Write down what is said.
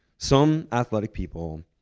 some athletic people,